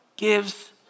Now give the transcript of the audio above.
gives